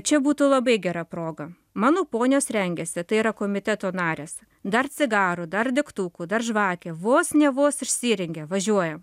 čia būtų labai gera proga mano ponios rengiasi tai yra komiteto narės dar cigarų dar degtukų dar žvakė vos ne vos išsirengia važiuojam